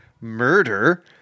murder